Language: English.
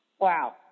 Wow